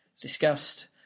discussed